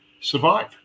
survive